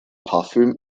parfüm